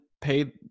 pay